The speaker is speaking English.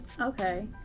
Okay